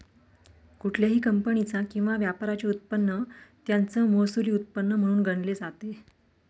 कुठल्याही कंपनीचा किंवा व्यापाराचे उत्पन्न त्याचं महसुली उत्पन्न म्हणून गणले जाते